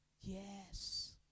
yes